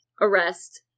arrest